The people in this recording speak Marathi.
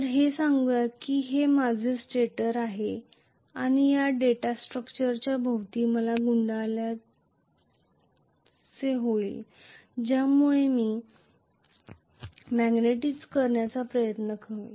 तर हे सांगूया की हे माझे स्टेटर आहे आणि या डेटा स्ट्रक्चरच्या भोवती मला गुंडाळ्याचे होईल ज्यामुळे ती मॅग्नेटिझ करण्याचा प्रयत्न होईल